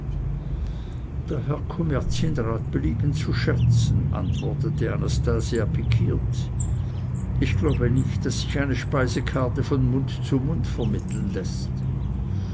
der herr kommerzienrat belieben zu scherzen antwortete anastasia pikiert ich glaube nicht daß sich eine speisekarte von mund zu mund vermitteln läßt